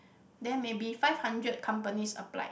there maybe five hundred companies applied